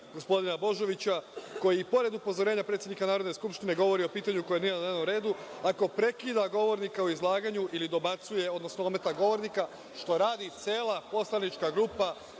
gospodina Božovića, koji i pored upozorenja predsednika Narodne skupštine govori o pitanju koje nije na dnevnom redu, ako prekida govornika u izlaganju ili dobacuje, odnosno ometa govornika, šta radi cela poslanička grupa